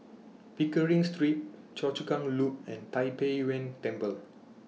Pickering Street Choa Chu Kang Loop and Tai Pei Yuen Temple